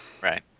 right